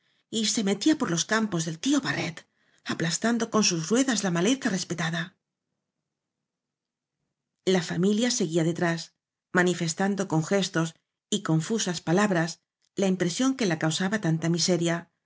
y se metía por los campos del tío barret aplas tando con sus ruedas la maleza respetada la familia seguía detrás manifestando con gestos y confusas palabras la impresión que la causaba tanta miseria